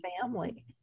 family